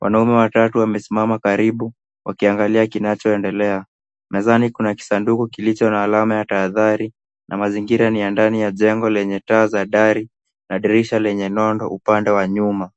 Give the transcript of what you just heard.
Wanaume watatu wamesimama karibu wakiangalia kinachoendelea. Mezani kuna kisanduku kilicho na alama ya tahadhari na mazingira ni ya ndani ya jengo lenye taa za dari na dirisha lenye nondo upande wa nyuma.